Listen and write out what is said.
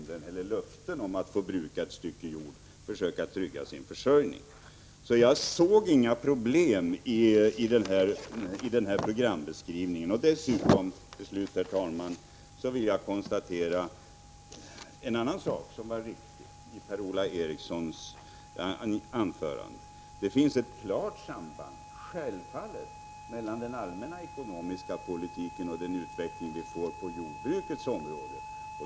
De kanske får löfte om att få bruka ett stycke jord för att försöka trygga sin försörjning. Jag såg därför inte några problem i denna programförklaring. Herr talman! Till slut vill jag dessutom konstatera en annan sak som var riktig i Per-Ola Erikssons anförande, nämligen att det självfallet finns ett klart samband mellan den allmänna ekonomiska politiken och utvecklingen på jordbrukets område.